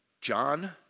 John